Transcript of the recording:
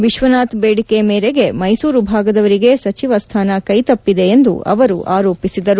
ವಿಶ್ವನಾಥ್ ಬೇಡಿಕೆ ಮೇರೆಗೆ ಮೈಸೂರು ಭಾಗದವರಿಗೆ ಸಚಿವ ಸ್ಥಾನ ಕೈ ತಪ್ಪಿದೆ ಎಂದು ಅವರು ಆರೋಪಿಸಿದರು